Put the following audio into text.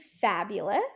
fabulous